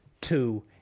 two